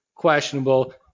questionable